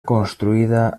construïda